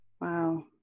Wow